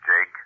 jake